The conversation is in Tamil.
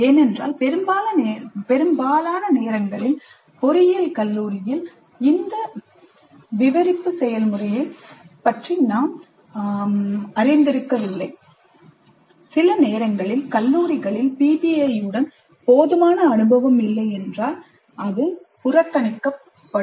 ஏனென்றால் பெரும்பாலான நேரங்களில் பொறியியல் கல்வியில் இந்த விவரிப்பு செயல்முறையைப் பற்றி நாம் அதிகம் அறிந்திருக்கவில்லை சில நேரங்களில் கல்லூரிகளில் PBI உடன் போதுமான அனுபவம் இல்லையென்றால் அது புறக்கணிக்கப்படும்